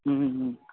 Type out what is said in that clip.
ಹ್ಞೂ